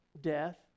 death